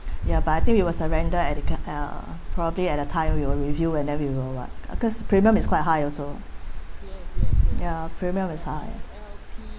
ya but I think we will surrender at the probably at a time we will review and then we will like cause premium is quite high also ya premium is high